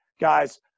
Guys